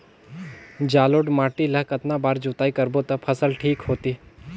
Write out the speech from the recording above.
जलोढ़ माटी ला कतना बार जुताई करबो ता फसल ठीक होती?